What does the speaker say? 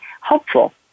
hopeful